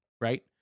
right